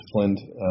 disciplined